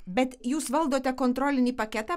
bet jūs valdote kontrolinį paketą